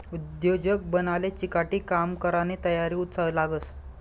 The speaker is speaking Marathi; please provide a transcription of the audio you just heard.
उद्योजक बनाले चिकाटी, काम करानी तयारी, उत्साह लागस